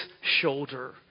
shoulder